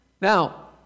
now